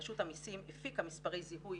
רשות המיסים הפיקה מספרי זיהוי